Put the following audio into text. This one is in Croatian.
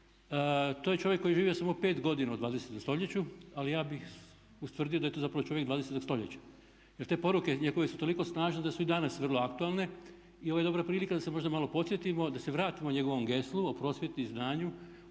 To je čovjek koji je živio samo 5 godina u 20. stoljeću ali ja bih ustvrdio da je to zapravo čovjek 20. stoljeća. Jer te poruke njegove su toliko snažne da su i danas vrlo aktualne i ovo je dobra prilika da se možda malo podsjetimo, da se vratimo njegovom geslu o prosvjeti i znanju,